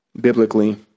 biblically